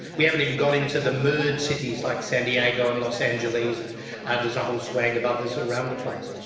we haven't even got into the merged cities like san diego and los angeles and there's a whole swag of others around the place.